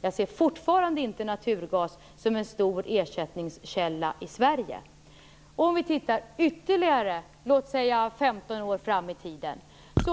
Jag ser fortfarande inte naturgas som en stor ersättningskälla i Om ytterligare låt säga 15 år